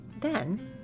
Then